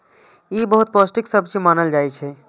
ई बहुत पौष्टिक सब्जी मानल जाइ छै